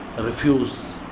refuse